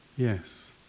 Yes